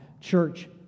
church